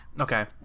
Okay